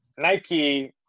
Nike